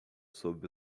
sob